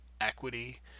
equity